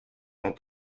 cent